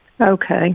Okay